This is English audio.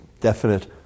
definite